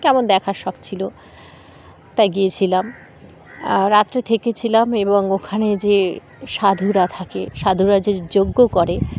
কেমন দেখার শখ ছিল তাই গিয়েছিলাম রাত্রে থেকেছিলাম এবং ওখানে যে সাধুরা থাকে সাধুরা যে যজ্ঞ করে